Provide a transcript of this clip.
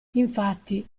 infatti